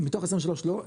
מתוך ה-23 לא.